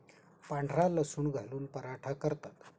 पांढरा लसूण घालून पराठा करतात